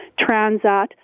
Transat